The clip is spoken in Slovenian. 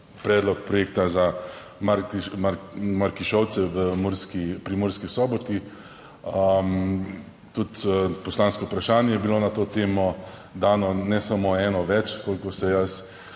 predlog projekta za Markišavce v Murski pri Murski Soboti. Tudi poslansko vprašanje je bilo na to temo dano, ne samo eno več, kolikor se jaz